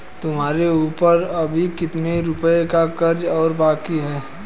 तुम्हारे ऊपर अभी कितने रुपयों का कर्ज और बाकी है?